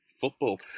football